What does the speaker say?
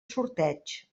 sorteig